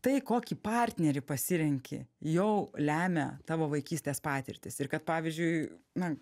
tai kokį partnerį pasirenki jau lemia tavo vaikystės patirtys ir kad pavyzdžiui na